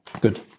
good